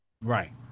Right